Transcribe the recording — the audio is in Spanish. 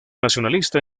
nacionalista